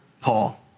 Paul